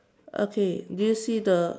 okay did you see the